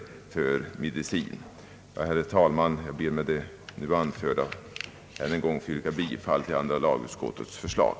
Herr talman! Jag ber att med det anförda än en gång få yrka bifall till utskottets förslag.